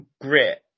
grit